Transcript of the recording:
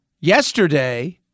Yesterday